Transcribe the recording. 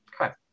Okay